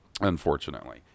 unfortunately